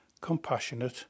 compassionate